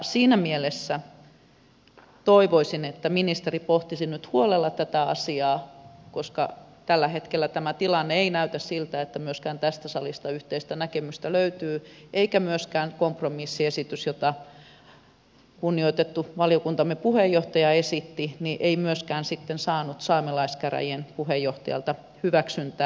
siinä mielessä toivoisin että ministeri pohtisi nyt huolella tätä asiaa koska tällä hetkellä tämä tilanne ei näytä siltä että myöskään tästä salista yhteistä näkemystä löytyy eikä myöskään kompromissiesitys jota kunnioitettu valiokuntamme puheenjohtaja esitti sitten saanut saamelaiskäräjien puheenjohtajalta hyväksyntää